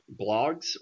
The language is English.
blogs